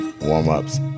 warm-ups